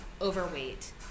overweight